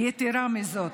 יתרה מזאת,